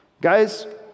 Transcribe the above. Guys